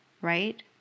right